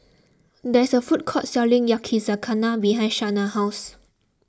there is a food court selling Yakizakana behind Shanna's house